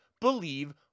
believe